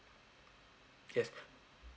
yes